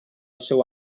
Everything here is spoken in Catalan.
seu